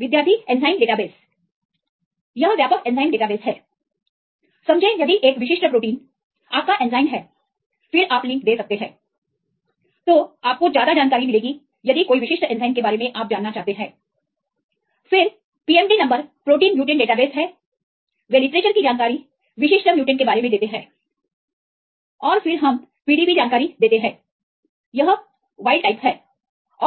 विद् यह व्यापक एंजाइम डेटाबेस है समझे यदि एक विशिष्ट प्रोटीन आपका एंजाइम हैं फिर आप लिंक दे सकते हैं तो आपको ज्यादा जानकारी मिलेगी यदि कोई विशिष्ट एंजाइम के बारे में जानना चाहता है फिर PMD number protein mutant database है वे लिटरेचर की जानकारी विशिष्ट म्युटेंट के बारे में देते हैं और फिर हम PDB जानकारी देते हैं यह वाइल्ड टाइप है